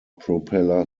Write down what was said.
propeller